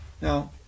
Now